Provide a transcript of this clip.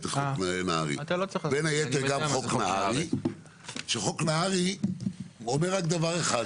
בין היתר חוק נהרי, שחוק נהרי אומר רק דבר אחד: